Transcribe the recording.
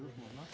Już można?